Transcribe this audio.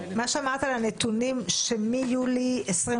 מיולי 2021